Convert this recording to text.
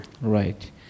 Right